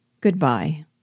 Goodbye